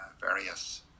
various